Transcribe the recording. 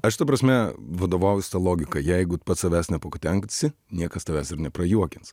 aš ta prasme vadovaujuos ta logika jeigu pats savęs nepakutenksi niekas tavęs ir neprajuokins